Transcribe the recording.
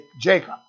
Jacob